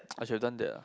I should done that ah